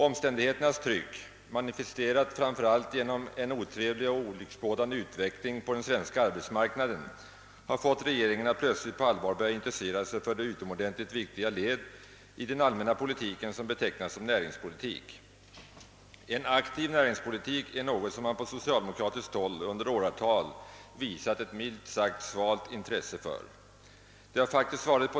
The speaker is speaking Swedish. Omständigheternas tryck, manifesterat framför allt genom en otrevlig och olycksbådande utveckling på den svenska arbetsmarknaden, har fått regeringen att plötsligt på allvar börja intressera sig för det utomordentligt viktiga led i den allmänna politiken som betecknas som näringspolitik. En aktiv näringspolitik är något som man på socialdemokratiskt håll under åratal visat ett, milt sagt, svalt intresse för.